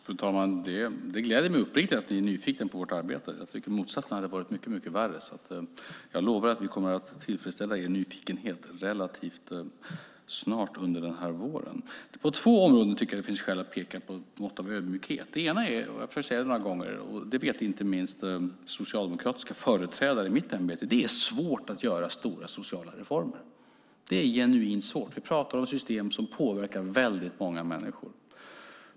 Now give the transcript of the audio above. Fru talman! Det gläder mig uppriktigt att ni, Marie Nordén, är nyfikna på vårt arbete. Motsatsen hade varit mycket värre. Jag lovar att vi kommer att tillfredsställa er nyfikenhet relativt snart, under våren. På två områden tycker jag att det finns skäl att visa lite ödmjukhet. Det ena är, det vet inte minst socialdemokratiska företrädare i mitt ämbete, att det är svårt att göra stora sociala reformer. Det är genuint svårt. Vi talar om system som påverkar väldigt många människor.